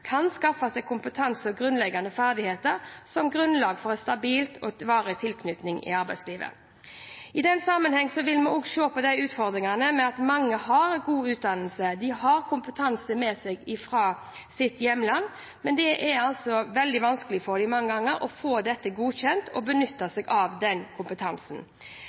kan skaffe seg kompetanse og grunnleggende ferdigheter, som grunnlag for en stabil og varig tilknytning til arbeidslivet. I den sammenhengen vil vi også se på utfordringen med at mange har god utdannelse og kompetanse med seg fra sitt hjemland, men det er mange ganger veldig vanskelig for dem å få dette godkjent og da kunne benytte seg av den kompetansen.